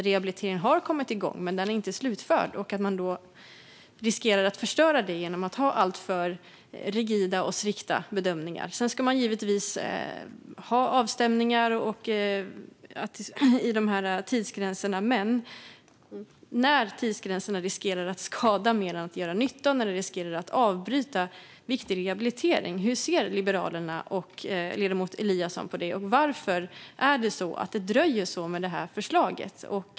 Rehabiliteringen kan ha kommit igång men inte vara slutförd, och då riskerar man att förstöra det genom att ha alltför rigida och strikta bedömningar. Sedan ska man givetvis ha avstämningar vid tidsgränserna, men tidsgränserna riskerar att göra mer skada än nytta. De riskerar att avbryta viktig rehabilitering. Hur ser Liberalerna och ledamot Eliasson på detta, och varför dröjer det så med det här förslaget?